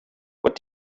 what